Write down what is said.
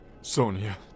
Sonia